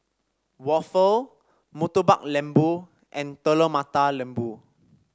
waffle Murtabak Lembu and Telur Mata Lembu